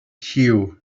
cue